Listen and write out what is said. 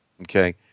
Okay